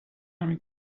همین